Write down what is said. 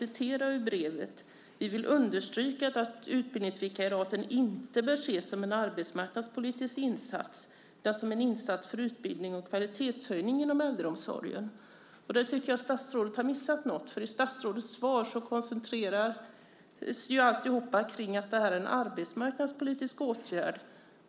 De skriver: Vi vill understryka att utbildningsvikariaten inte bör ses som en arbetsmarknadspolitisk insats, utan som en insats för utbildning och kvalitetshöjning inom äldreomsorgen. Där tycker jag att statsrådet har missat något. I statsrådets svar koncentreras allt på att det är en arbetsmarknadspolitisk åtgärd.